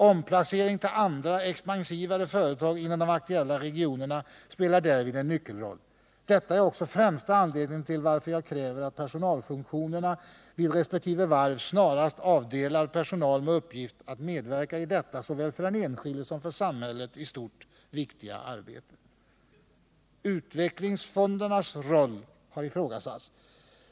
Omplacering till andra expansivare företag inom de aktuella regionerna spelar därvid en nyckelroll. Detta är också främsta anledningen till att jag kräver, att personalfunktionerna vid resp. varv snarast avdelar personal med uppgift att medverka i detta såväl för den enskilde som för samhället i stort viktiga arbete. Utvecklingsfondernas roll har ifrågasatts.